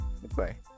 goodbye